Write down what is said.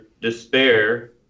Despair